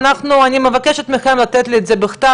ואני מבקשת לתת לי את זה בכתב,